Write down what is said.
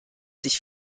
sich